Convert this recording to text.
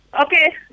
okay